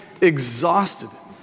exhausted